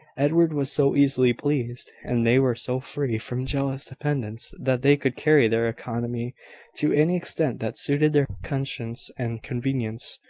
edward was so easily pleased, and they were so free from jealous dependants, that they could carry their economy to any extent that suited their conscience and convenience.